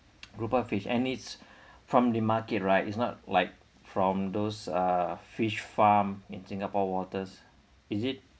grouper fish and it's from the market right is not like from those uh fish farm in singapore waters is it